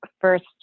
first